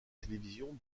télévision